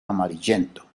amarillento